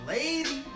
Lady